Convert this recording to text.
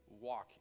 walk